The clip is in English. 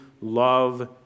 love